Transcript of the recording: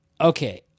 Okay